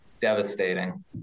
Devastating